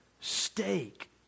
steak